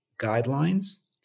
guidelines